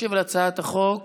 ישיב על הצעת החוק